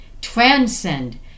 transcend